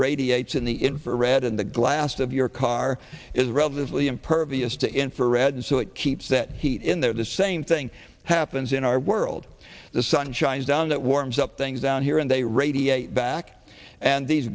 radiates in the infrared red in the glass of your car is relatively impervious to infrared and so it keeps that heat in there the same thing happens in our world the sun shines down that warms up things down here and they radiate back and these